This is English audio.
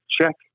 check